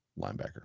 linebacker